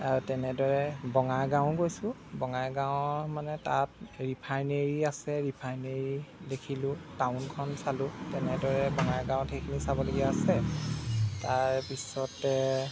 আৰু তেনেদৰে বঙাইগাঁও গৈছোঁ বঙাইগাঁৱৰ মানে তাত ৰিফাইনেৰী আছে ৰিফাইনেৰী দেখিলোঁ টাউনখন চালোঁ তেনেদৰে বঙাইগাঁৱত সেইখিনি চাবলগীয়া আছে তাৰপিছতে